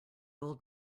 old